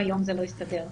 לשפר,